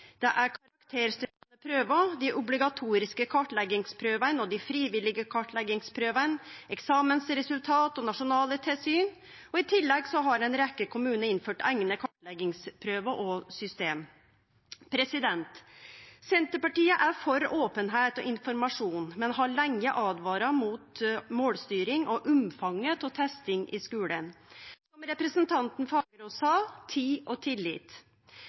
det er karakterstøttande prøver, dei obligatoriske kartleggingsprøvene og dei frivillige kartleggingsprøvene, eksamensresultat og nasjonale tilsyn. Og i tillegg har ei rekkje kommunar innført eigne kartleggingsprøver og -system. Senterpartiet er for openheit og informasjon, men har lenge åtvara mot målstyring og omfanget av testing i skulen, og som representanten Fagerås sa: tid og tillit.